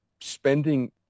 spending